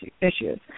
issues